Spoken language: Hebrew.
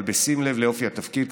אבל בשים לב לאופי התפקיד,